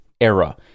era